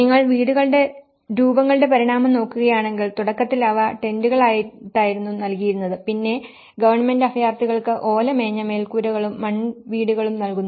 നിങ്ങൾ വീടുകളുടെ രൂപങ്ങളുടെ പരിണാമം നോക്കുകയാണെങ്കിൽ തുടക്കത്തിൽ അവ ടെന്റുകളായിട്ടായിരുന്നു നൽകിയിരുന്നത് പിന്നെ ഗവൺമെന്റ് അഭയാർത്ഥികൾക്ക് ഓല മേഞ്ഞ മേൽക്കൂരകളും മൺ വീടുകളും നൽകുന്നു